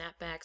snapbacks